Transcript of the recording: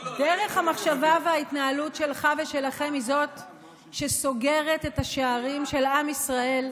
דרך המחשבה וההתנהלות שלך ושלכם היא שסוגרת את השערים של עם ישראל,